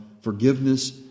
forgiveness